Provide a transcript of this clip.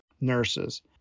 nurses